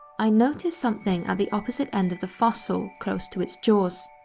i noticed something at the opposite end of the fossil close to its jaws.